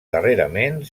darrerament